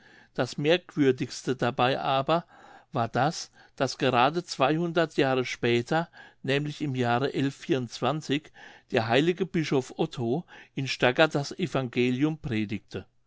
das merkwürdigste dabei aber war das daß gerade jahre später nämlich im jahre der heilige bischof otto in stargard das evangelium predigte